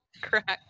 Correct